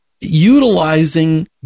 utilizing